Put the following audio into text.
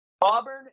Auburn